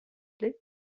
plait